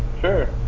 Sure